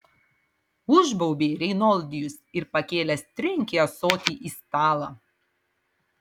užbaubė reinoldijus ir pakėlęs trenkė ąsotį į stalą